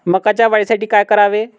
मकाच्या वाढीसाठी काय करावे?